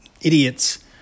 idiots